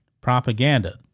propaganda